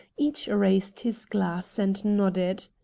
each raised his glass and nodded.